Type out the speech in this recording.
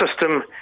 system